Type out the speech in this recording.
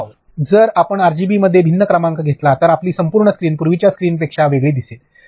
wow तर जर आपण आरजीबीमध्ये भिन्न क्रमांक घेतला तर आपली संपूर्ण स्क्रीन पूर्वीच्या स्क्रीनपेक्षा वेगळी दिसेल